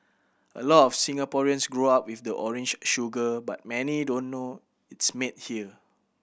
a lot of Singaporeans grow up with the orange sugar but many don't know it's made here